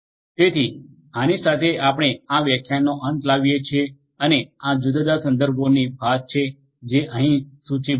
તેથી આની સાથે આપણે આ વ્યાખ્યાનનો અંત લાવીએ છીએ અને આ જુદા જુદા સંદર્ભોની ભાત છે જે અહીં સૂચિબદ્ધ છે